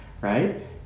right